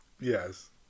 Yes